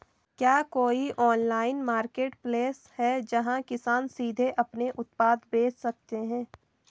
क्या कोई online marketplace है, जहां किसान सीधे अपने उत्पाद बेच सकते हैं?